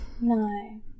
No